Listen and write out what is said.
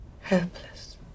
helpless